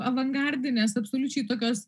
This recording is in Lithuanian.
avangardinės absoliučiai tokios